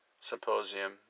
symposium